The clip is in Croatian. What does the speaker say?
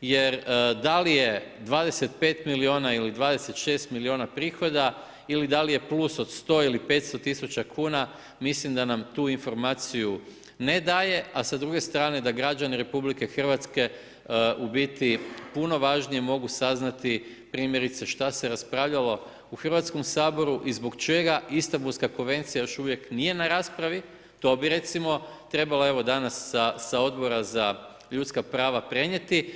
jer da li je 25 milijuna ili 26 prihoda ili da li je plus od 100 ili 500 000 kuna, mislim da nam tu informaciju ne daje a sa druge strane da građane RH u biti, puno važnije mogu saznati, primjerice šta se raspravljalo u Hrvatskom saboru i zbog čega Istambulska konvencija, još uvijek nije na raspravi, to bi recimo trebala evo, danas sa Odbora za ljudska prava prenijeti.